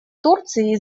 турции